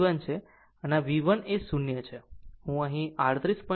આમ V1 એ 0 છે હું અહીં 38